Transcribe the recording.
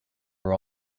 were